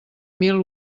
mil